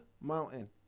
Mountain